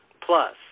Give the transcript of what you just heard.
plus